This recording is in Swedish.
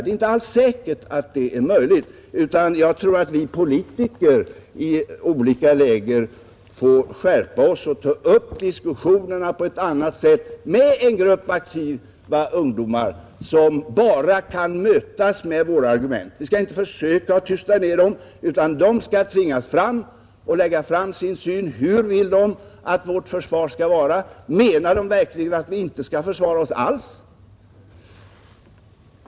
Det är inte alls säkert att detta blir möjligt, utan jag tror att vi politiker i olika läger måste skärpa oss och ta upp diskussionen på ett annat sätt med en grupp aktiva ungdomar som bara kan mötas med våra argument. Vi skall inte försöka tysta ned dem utan de skall tvingas lägga fram sin syn på hur de vill att vårt försvar skall vara utformat. Menar de verkligen att vi inte skall försvara oss alls?